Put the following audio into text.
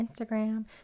Instagram